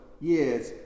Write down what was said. years